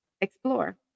explore